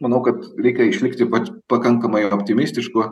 manau kad reikia išlikti pakankamai optimistišku